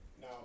Now